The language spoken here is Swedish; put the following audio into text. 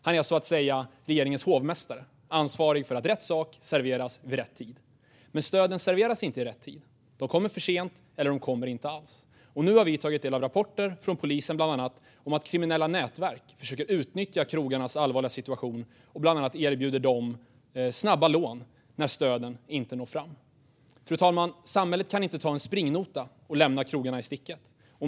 Han är så att säga regeringens hovmästare: ansvarig för att rätt sak serveras vid rätt tid. Men stöden serveras inte i rätt tid. De kommer för sent eller inte alls. Nu har vi tagit del av rapporter från polisen om att kriminella nätverk försöker att utnyttja krogarnas allvarliga situation och bland annat erbjuder dem snabba lån när stöden inte går fram. Fru talman! Samhället kan inte ta en springnota och lämna krogarna i sticket.